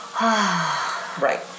Right